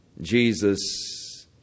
Jesus